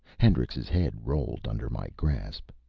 hendrix's head rolled under my grasp.